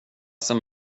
sen